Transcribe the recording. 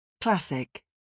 Classic